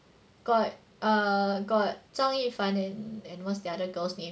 got um got 张艺凡 and and what's the other girl's name